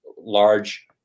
large